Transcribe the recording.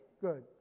good